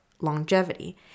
longevity